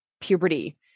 puberty